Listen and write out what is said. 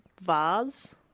vase